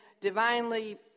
divinely